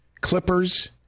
Clippers